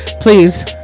please